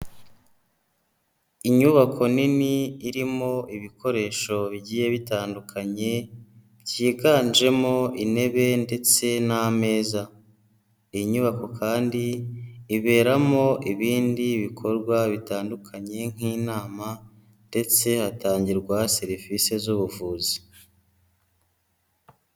Inyubako nini irimo ibikoresho bigiye bitandukanye, byiganjemo intebe ndetse n'ameza, iyi nyubako kandi iberamo ibindi bikorwa bitandukanye nk'inama ndetse hatangirwa serivisi z'ubuvuzi.